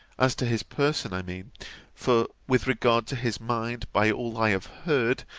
as to his person, i mean for with regard to his mind, by all i have heard,